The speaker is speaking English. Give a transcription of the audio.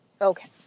Okay